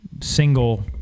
single